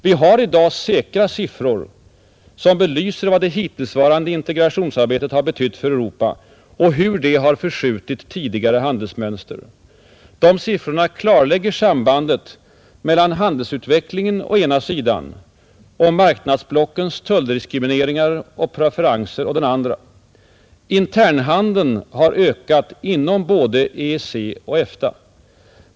Vi har i dag säkra siffror som belyser vad det hittillsvarande integrationsarbetet betytt för Europa och hur det förskjutit tidigare handelsmönster. De siffrorna klarlägger sambandet mellan handelsutvecklingen å ena sidan och marknadsblockens tulldiskrimineringar och preferenser å den andra. Internhandeln har ökat inom både EEC och EFTA.